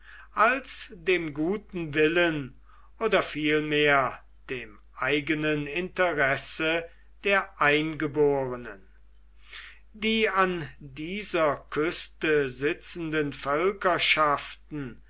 als dem guten willen oder vielmehr dem eigenen interesse der eingeborenen die an dieser küste sitzenden